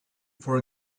for